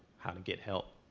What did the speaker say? how to get help.